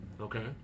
Okay